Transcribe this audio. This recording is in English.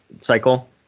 cycle